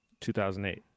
2008